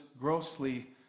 grossly